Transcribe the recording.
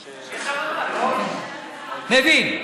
יש אמנה, מבין.